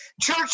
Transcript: church